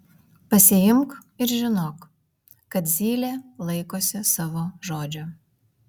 pasiimk ir žinok kad zylė laikosi savo žodžio